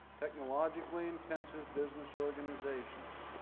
technologically intensive business organizations.